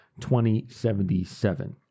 2077